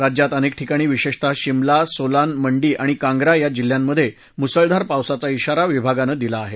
राज्यात अनेक ठिकाणी विशेषतः शिमला सोलान मंडी आणि कांग्रा या जिल्ह्यांमध्ये मुसळधार पावसाचा इशारा विभागानं दिला आहे